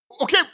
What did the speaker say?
Okay